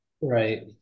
Right